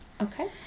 Okay